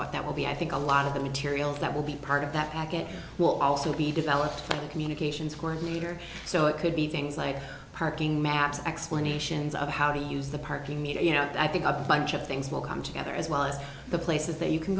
what that will be i think a lot of the materials that will be part of that package will also be developed communications current leader so it could be things like parking maps explanations of how they use the parking meter you know i think a bunch of things will come together as well as the places that you can